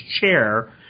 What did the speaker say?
chair